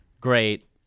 great